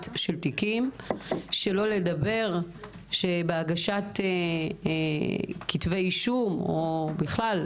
שלא לדבר שבהגשת כתבי אישום או בכלל,